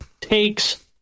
takes